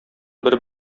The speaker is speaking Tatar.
бер